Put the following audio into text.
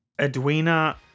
Edwina